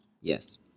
Yes